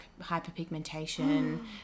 hyperpigmentation